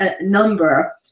number